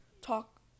talk